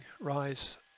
rise